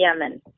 Yemen